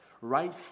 right